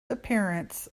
appearance